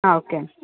okay అండీ